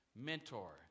mentor